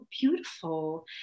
beautiful